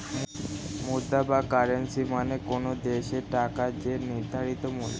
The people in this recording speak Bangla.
মুদ্রা বা কারেন্সী মানে কোনো দেশের টাকার যে নির্ধারিত মূল্য